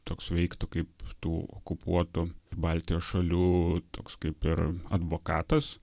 toks veiktų kaip tų okupuotų baltijos šalių toks kaip ir advokatas